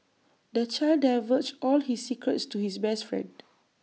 the child divulged all his secrets to his best friend